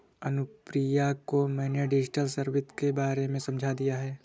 अनुप्रिया को मैंने digital service के बारे में समझा दिया है